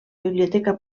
biblioteca